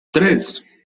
tres